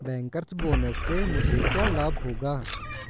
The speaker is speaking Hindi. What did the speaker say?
बैंकर्स बोनस से मुझे क्या लाभ होगा?